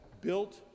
Built